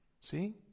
See